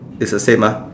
it's the same ah